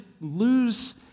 lose